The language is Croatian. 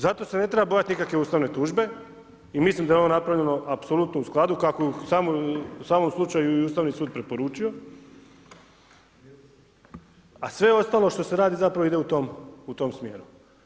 Zato se ne treba bojati nikakve ustavne tužbe i mislim da je ovo napravljeno apsolutno u skladu, kako u samom slučaju je i Ustavni sud preporučio, a sve ostalo što se radi, zapravo ide u tom smjeru.